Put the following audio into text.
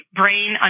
brain